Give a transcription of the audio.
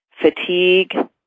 fatigue